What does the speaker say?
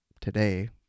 today